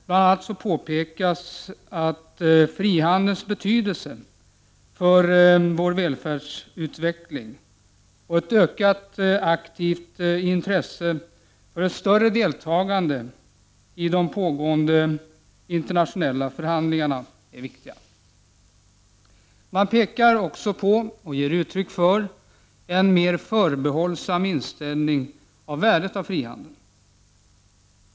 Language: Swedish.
Bl.a. påpekas att frihandelns betydelse för välfärdsutvecklingen och ett ökat aktivt intresse för ett större deltagande i de pågående internationella förhandlingarna är viktiga frågor. Man pekar också på, och ger uttryck för, en mer förbehållsam inställning till värdet av frihandeln.